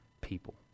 people